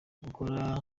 gukora